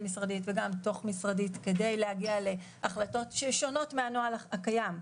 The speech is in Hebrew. משרדית וגם תוך משרדים על מנת להגיע להחלטות שהן שונות מהנוהל הקיים,